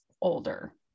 older